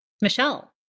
Michelle